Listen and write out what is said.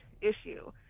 issue